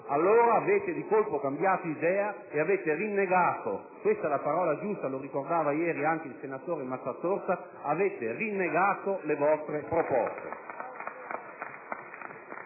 allora avete di colpo cambiato idea e avete rinnegato (questa è la parola giusta, lo ricordava ieri anche il senatore Mazzatorta) le vostre proposte.